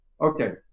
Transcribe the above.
okay